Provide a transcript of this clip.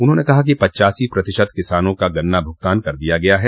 उन्होंने कहा कि पच्चासी प्रतिशत किसानों का गन्ना भूगतान कर दिया गया है